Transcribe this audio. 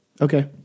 Okay